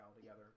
together